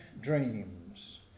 dreams